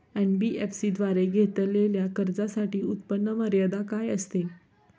NBFC द्वारे घेतलेल्या कर्जासाठी उत्पन्न मर्यादा काय असते?